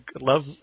love